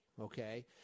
okay